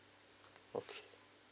okay